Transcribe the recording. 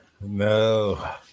No